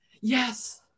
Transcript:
yes